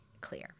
clear